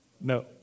No